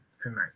tonight